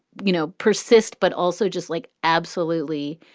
you know, persist, but also just like. absolutely.